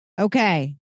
okay